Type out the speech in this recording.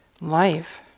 life